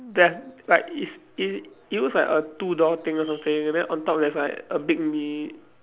there's like it's it it looks like a two door thing or something and then on top there's like a big